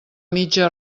mitja